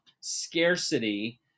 scarcity